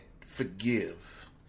forgive